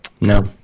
no